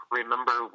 remember